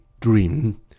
dream